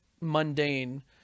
mundane